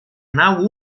nau